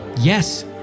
Yes